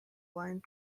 blind